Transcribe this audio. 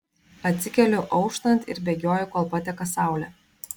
atsikeliu auštant ir bėgioju kol pateka saulė